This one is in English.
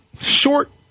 short